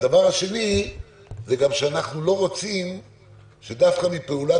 הדבר השני הוא שאנחנו לא רוצים שדווקא מפעולה